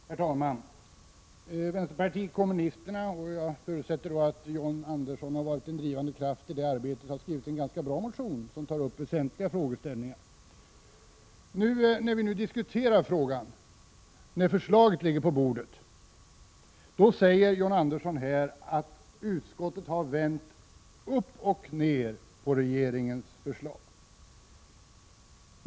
Herr talman! Vänsterpartiet kommunisterna har skrivit en ganska bra motion, som tar upp väsentliga frågeställningar. Jag förutsätter att John Andersson har varit en drivande kraft i det arbetet. Nu, när vi diskuterar frågan och förslaget ligger på bordet, säger John Andersson att utskottet har vänt upp och ned på regeringens förslag.